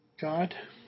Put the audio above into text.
God